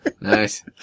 Nice